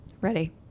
Ready